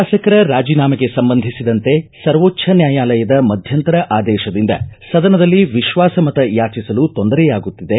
ಶಾಸಕರ ರಾಜನಾಮೆಗೆ ಸಂಬಂಧಿಸಿದಂತೆ ಸರ್ವೋಚ್ಧ ನ್ಯಾಯಾಲಯದ ಮಧ್ಯಂತರ ಆದೇಶದಿಂದ ಸದನದಲ್ಲಿ ವಿಶ್ವಾಸ ಮತ ಯಾಚಿಸಲು ತೊಂದರೆಯಾಗುತ್ತಿದೆ